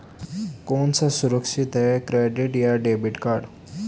कौन सा सुरक्षित है क्रेडिट या डेबिट कार्ड?